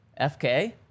FK